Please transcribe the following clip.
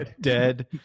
dead